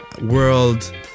world